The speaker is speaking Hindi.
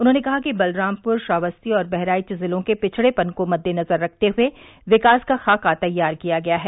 उन्होंने कहा कि बलरामप्र श्रावस्ती और बहराइच जिलों के पिछड़ेपन को मद्देनज़र रखते हुए विकास का ख़ाका तैयार किया गया है